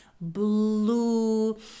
blue